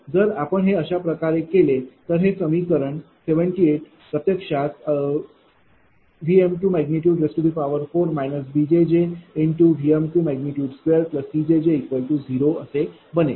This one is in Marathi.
जर आपण हे अशाप्रकारे केले तर हे समीकरण हे समीकरण 76 हे प्रत्यक्षात V4 bVm22c0असे बनेल